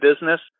business